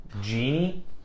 Genie